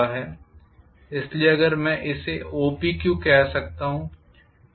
इसलिए अगर मैं इसे OPQ कह सकता हूं